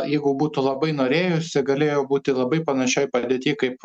jeigu būtų labai norėjusi galėjo būti labai panašioj padėty kaip